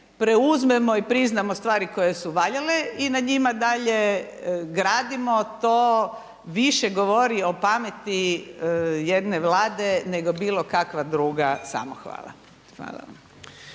preuzmemo i priznamo stvari koje su valjale i na njima dalje gradimo. To više govori o pameti jedne vlade nego bilo kakva druga samohvala.